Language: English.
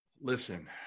Listen